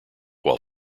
while